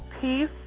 Peace